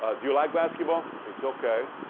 ah do you like basketball? it's okay.